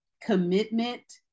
commitment